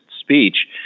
speech